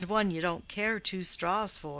and one you don't care two straws for.